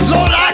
Lord